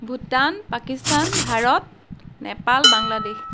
Bhutan Pakistan Bharat Nepal Bangladesh